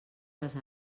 les